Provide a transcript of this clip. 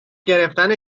گرفتن